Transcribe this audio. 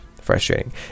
frustrating